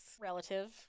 relative